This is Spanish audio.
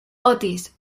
otis